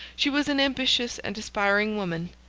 she was an ambitious and aspiring woman,